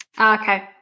okay